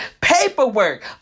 paperwork